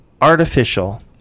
artificial